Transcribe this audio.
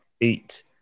eight